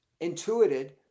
intuited